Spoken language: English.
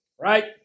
right